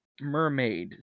mermaid